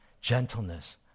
gentleness